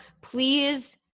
please